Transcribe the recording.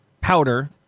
powder